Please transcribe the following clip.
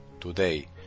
today